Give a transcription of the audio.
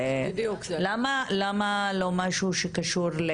למה לא משהו שקשור,